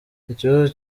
ikibazo